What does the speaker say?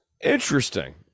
Interesting